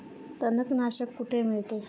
तणनाशक कुठे मिळते?